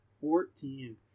Fourteen